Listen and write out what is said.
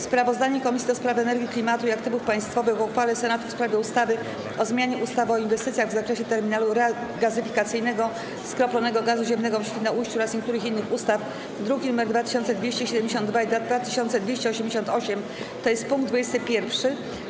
Sprawozdanie Komisji do Spraw Energii, Klimatu i Aktywów Państwowych o uchwale Senatu w sprawie ustawy o zmianie ustawy o inwestycjach w zakresie terminalu regazyfikacyjnego skroplonego gazu ziemnego w Świnoujściu oraz niektórych innych ustaw, druki nr 2272 i 2288, tj. punkt 21.